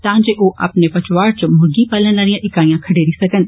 तां जे ओ अपने पचौजांड़ च मुर्गी पालने आलियां इकाइयां खडेरी सकन